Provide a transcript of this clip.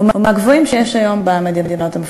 הוא מהגבוהים שיש היום במדינות המפותחות.